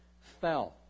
fell